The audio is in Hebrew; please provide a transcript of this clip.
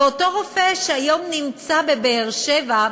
ואותו רופא שהיום נמצא בבאר-שבע,